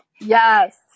Yes